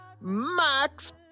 Max